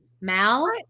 Mal